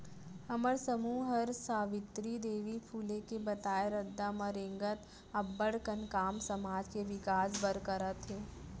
हमर समूह हर सावित्री देवी फूले के बताए रद्दा म रेंगत अब्बड़ कन काम समाज के बिकास बर करत हे